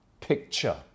picture